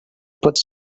put